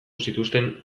zituzten